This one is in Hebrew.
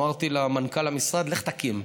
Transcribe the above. אמרתי למנכ"ל המשרד: לך תקים.